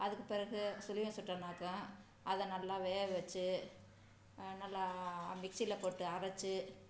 அதுக்குப் பிறகு சுழியம் சுட்டோனாக்க அதை நல்லா வேக வச்சு நல்லா மிக்ஸியில் போட்டு அரைச்சு